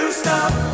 stop